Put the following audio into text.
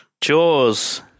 Jaws